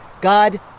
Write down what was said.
God